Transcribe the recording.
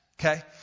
Okay